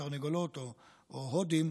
תרנגולות או הודים,